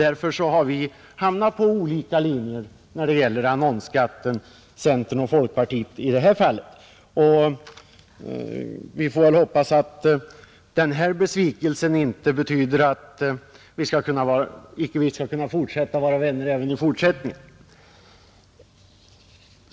Därför har centern och folkpartiet hamnat på olika linjer i detta fall. Vi får väl hoppas att den här besvikelsen inte betyder att vi inte skall kunna vara vänner även i fortsättningen.